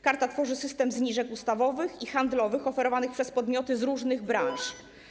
Karta tworzy system zniżek ustawowych i handlowych oferowanych przez podmioty z różnych branż.